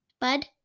Bud